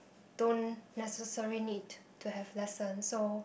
don't necessary need to have lessons so